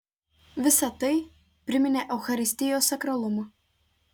visa tai priminė eucharistijos sakralumą